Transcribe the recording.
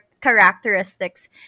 characteristics